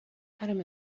adam